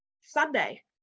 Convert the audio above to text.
Sunday